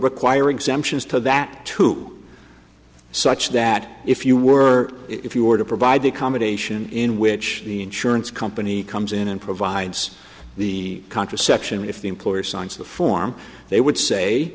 require exemptions to that too such that if you were if you were to provide the accommodation in which the insurance company comes in and provides the contraception if the employer signs the form they would say